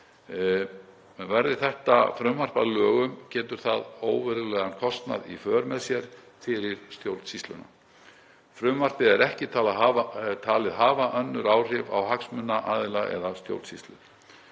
Verði þetta frumvarp að lögum hefur það óverulegan kostnað í för með sér fyrir stjórnsýsluna. Frumvarpið er ekki talið hafa önnur áhrif á hagsmunaaðila eða stjórnsýslu.